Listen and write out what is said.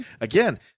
again